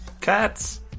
Cats